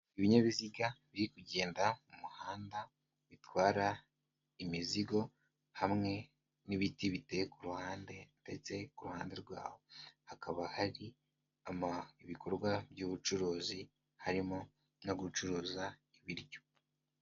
Ibinyabiziga biri kugenda mu muhanda bitwara imizigo, hamwe n'ibiti biteye ku ruhande ndetse kuruhande rwaho, hakaba hari ibikorwa by'ubucuruzi harimo no gucuruza ibiryo.